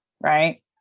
right